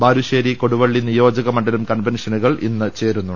ബാലുശ്ശേരി കൊടുവള്ളി നിയോജക മണ്ഡലം കൺവെൻഷനുകൾ ഇന്ന് ചേരും